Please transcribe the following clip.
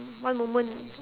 one moment